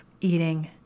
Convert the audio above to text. eating